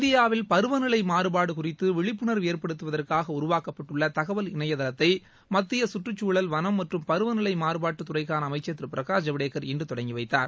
இந்தியாவில் பருவநிலைமாறுபாடுகுறித்துவிழிப்புணர்வு ஏற்படுத்துவதற்காகஉருவாக்கப்பட்டுள்ளதகவல் இணையதளத்தைமத்தியசுற்றுச்சூழல் வனம் மற்றும் பருவநிலைமாறுபாட்டுத்துறைக்கானஅமைச்சர் திருபிரகாஷ் ஜவடேகர் இன்றுதொடங்கிவைத்தார்